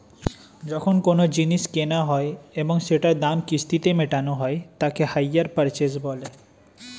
যখন কোনো জিনিস কেনা হয় এবং সেটার দাম কিস্তিতে মেটানো হয় তাকে হাইয়ার পারচেস বলে